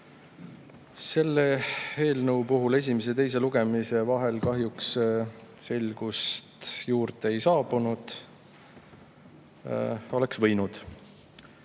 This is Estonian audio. Selle eelnõu puhul esimese ja teise lugemise vahel kahjuks selgust juurde ei saabunud. Aga oleks võinud. Mul